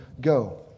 go